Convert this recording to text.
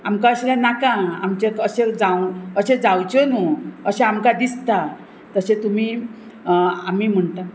आमकां अशें नाका आमचें अशें जावं अशें जावचें न्हू अशें आमकां दिसता तशें तुमी आमी म्हणटा